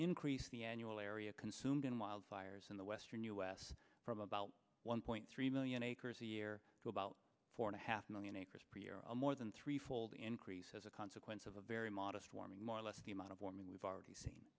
increase the annual area consumed in wildfires in the western u s from about one point three million acres a year to about four and a half million acres per year more than three fold increase as a consequence of a very modest warming more or less the amount of warming we've already seen